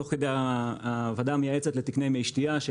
תוך כדי הוועדה המייעצת לתקני מי שתייה.